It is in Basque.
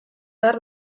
behar